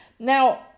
Now